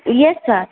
yes sir